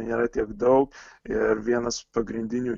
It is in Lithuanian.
nėra tiek daug ir vienas pagrindinių